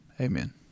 amen